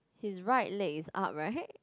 his leg right leg is up right